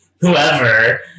whoever